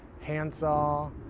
handsaw